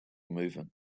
movement